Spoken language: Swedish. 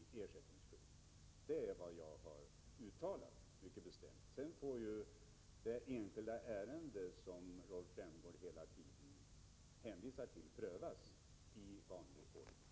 Det är vad jag mycket bestämt har uttalat. Sedan får det enskilda ärende som Rolf Rämgård hela tiden hänvisar till prövas i vanlig ordning.